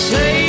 Say